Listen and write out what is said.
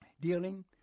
dealing